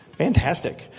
Fantastic